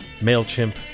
mailchimp